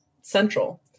central